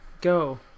Go